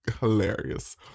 hilarious